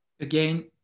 Again